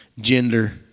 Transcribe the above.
gender